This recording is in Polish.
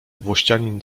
włościanin